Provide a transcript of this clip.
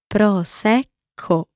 Prosecco